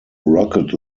rocket